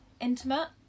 intimate